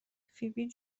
فیبی